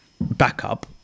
backup